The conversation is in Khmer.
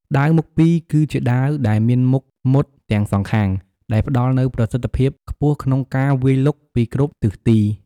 ដាវមុខពីរ គឺជាដាវដែលមានមុខមុតទាំងសងខាង ដែលផ្ដល់នូវប្រសិទ្ធភាពខ្ពស់ក្នុងការវាយលុកពីគ្រប់ទិសទី។